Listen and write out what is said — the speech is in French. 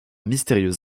mystérieux